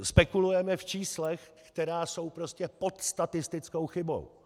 Spekulujeme v číslech, která jsou prostě pod statistickou chybou.